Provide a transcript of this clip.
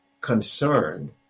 concerned